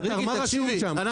ריקי תקשיבי,